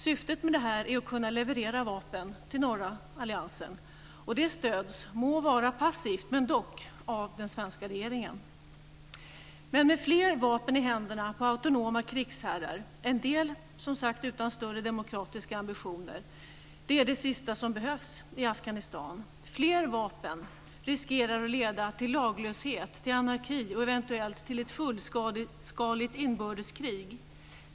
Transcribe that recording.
Syftet med detta är att kunna leverera vapen till norra alliansen, och detta stöds - må vara passivt, men ändå - av den svenska regeringen. en del, som sagt, utan större demokratiska ambitioner - är det sista som behövs i Afghanistan. Fler vapen riskerar att leda till laglöshet, till anarki, och eventuellt till ett fullskaligt inbördeskrig.